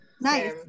Nice